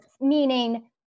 meaning